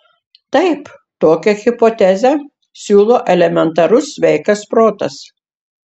taip tokią hipotezę siūlo elementarus sveikas protas